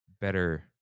better